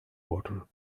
water